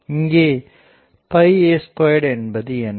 இங்கே a2 என்பது என்ன